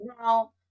now